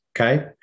Okay